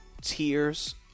tears